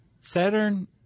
Saturn